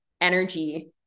energy